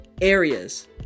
areas